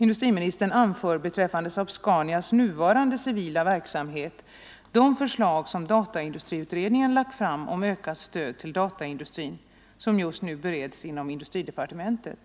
Industriministern anför beträffande SAAB-Scanias nuvarande civila verksamhet de förslag som dataindustriutredningen har lagt fram om ökat stöd till dataindustrin som just nu bereds inom industridepartementet.